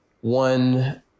one